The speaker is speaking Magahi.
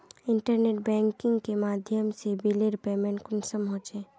इंटरनेट बैंकिंग के माध्यम से बिलेर पेमेंट कुंसम होचे?